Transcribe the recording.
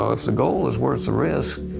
know, if the goal is worth the risk,